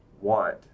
want